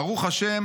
ברוך ה',